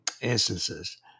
instances